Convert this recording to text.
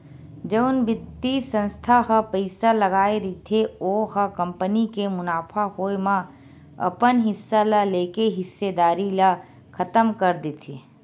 जउन बित्तीय संस्था ह पइसा लगाय रहिथे ओ ह कंपनी के मुनाफा होए म अपन हिस्सा ल लेके हिस्सेदारी ल खतम कर देथे